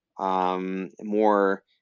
more